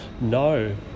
No